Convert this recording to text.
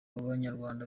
b’abanyarwanda